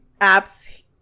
apps